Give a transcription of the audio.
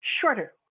shorter